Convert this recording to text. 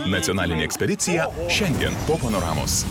nacionalinė ekspedicija šiandien po panoramos